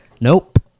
Nope